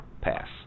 pass